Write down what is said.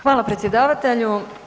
Hvala predsjedavatelju.